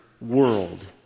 world